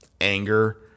anger